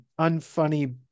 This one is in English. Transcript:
unfunny